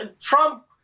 Trump